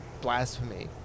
blasphemy